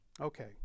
Okay